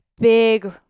big